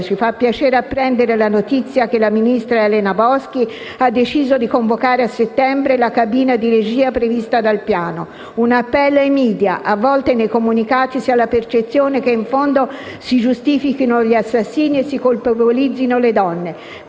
Ci fa piacere apprendere la notizia che la ministro Elena Boschi ha deciso di convocare a settembre la cabina di regia prevista dal piano. Rivolgiamo anche un appello ai *media*: a volte nei comunicati si ha la percezione che, in fondo, si giustifichino gli assassini e si colpevolizzino le donne.